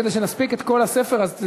כדי שנספיק את כל הספר הזה,